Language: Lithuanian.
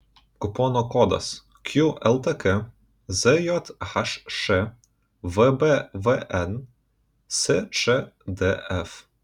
kupono kodas qltk zjhš vbvn sčdf